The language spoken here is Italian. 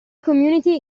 community